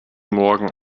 morgen